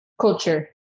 culture